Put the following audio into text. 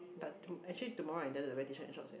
but actually tomorrow I intend to wear T-shirt and shorts ah